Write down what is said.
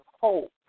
hope